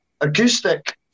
acoustic